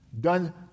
Done